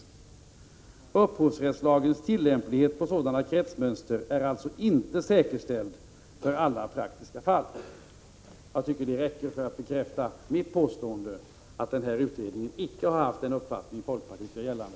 URL:s tillämplighet på sådana kretsmönster är alltså inte säkerställd för alla praktiska fall.” Jag tycker att det räcker för att bekräfta mitt påstående att denna utredning icke har haft den uppfattning folkpartiet gör gällande.